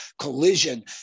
collision